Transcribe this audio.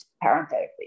parenthetically